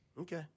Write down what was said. Okay